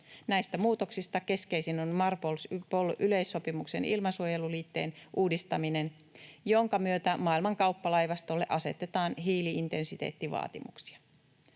Näistä muutoksista keskeisin on MARPOL-yleissopimuksen ilmasuojeluliitteen uudistaminen, jonka myötä maailman kauppalaivastolle asetetaan hiili-intensiteettivaatimuksia.